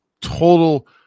total